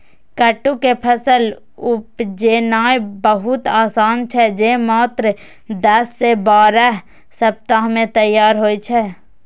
कट्टू के फसल उपजेनाय बहुत आसान छै, जे मात्र दस सं बारह सप्ताह मे तैयार होइ छै